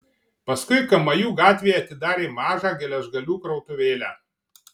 paskui kamajų gatvėje atidarė mažą geležgalių krautuvėlę